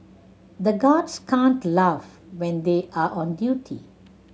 the guards can't laugh when they are on duty